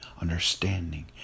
understanding